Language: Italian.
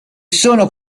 sono